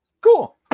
Cool